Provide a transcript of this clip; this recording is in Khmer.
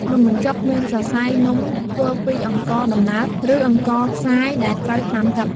នំបញ្ចុកមានសរសៃនំធ្វើពីអង្ករដំណើប ឬអង្ករខ្សាយដែលត្រូវត្រាំទឹក។